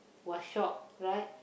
was shocked right